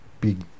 big